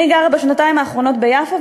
אני גרה בשנתיים האחרונות ביפו,